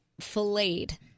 filleted